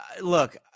Look